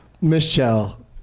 Michelle